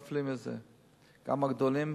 גם הגדולים,